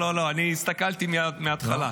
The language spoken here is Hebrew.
לא, לא, הסתכלתי מההתחלה.